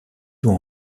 doit